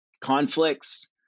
conflicts